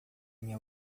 minha